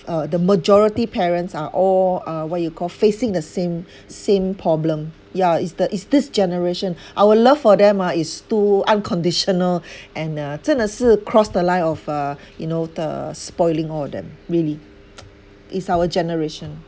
uh the majority parents are all uh what you call facing the same same problem ya it's the it's this generation our love for them ah is to unconditional and uh 真的是 cross the line of uh you know the spoiling all of them really it's our generation